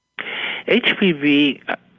HPV